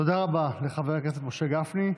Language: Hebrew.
תודה רבה לחבר הכנסת משה גפני.